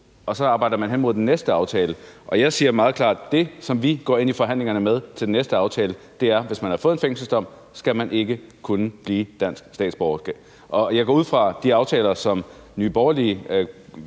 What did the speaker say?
og så arbejder man hen mod den næste aftale. Og jeg siger meget klart, at det, vi går ind med i forhandlingerne om den næste aftale, er: Hvis man har fået en fængselsdom, skal man ikke kunne blive dansk statsborger. Jeg går ikke ud fra, at Nye Borgerlige